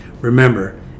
remember